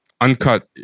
uncut